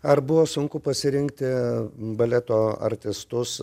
ar buvo sunku pasirinkti baleto artistus